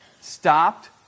stopped